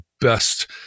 best